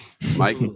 mike